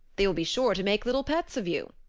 they will be sure to make little pets of you.